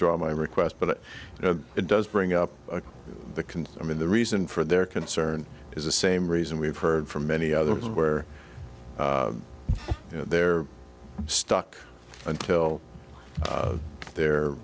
draw my request but it does bring up the can i mean the reason for their concern is the same reason we've heard from many others where you know they're stuck until their